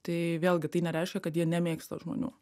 tai vėlgi tai nereiškia kad jie nemėgsta žmonių